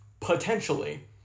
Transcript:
potentially